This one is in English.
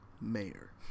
mayor